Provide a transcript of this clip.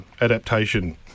adaptation